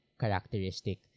characteristic